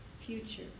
Future